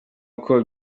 uko